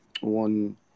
one